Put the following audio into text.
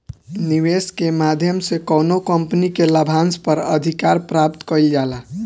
निवेस के माध्यम से कौनो कंपनी के लाभांस पर अधिकार प्राप्त कईल जाला